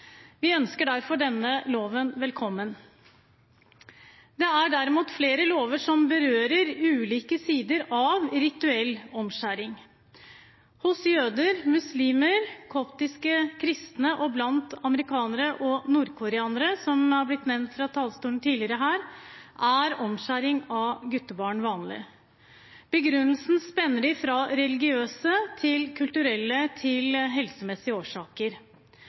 Vi ønsker derfor denne loven velkommen. Det er derimot flere lover som berører ulike sider av rituell omskjæring. Hos jøder, muslimer, koptiske kristne, amerikanere og koreanere, som tidligere har blitt nevnt fra talerstolen, er omskjæring av guttebarn vanlig. Begrunnelsene varierer fra religiøse årsaker, til kulturelle årsaker og til helsemessige årsaker.